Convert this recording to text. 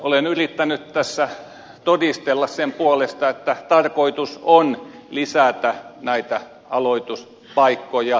olen yrittänyt tässä todistella sen puolesta että tarkoitus on lisätä näitä aloituspaikkoja merkittävästi